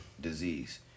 disease